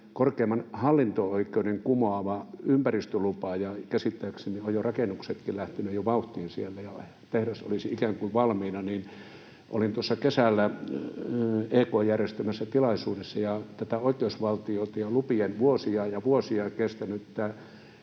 korkeimman hallinto-oikeuden kumoama ympäristölupa. Käsittääkseni ovat jo rakennuksetkin lähteneet vauhtiin siellä ja tehdas olisi ikään kuin valmiina. Kun olin tuossa kesällä EK:n järjestämässä tilaisuudessa, jossa tätä oikeusvaltioiden ja lupien vuosia ja vuosia kestänyttä